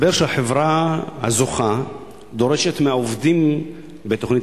מסתבר שהחברה הזוכה דורשת מהעובדים בתוכנית